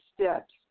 steps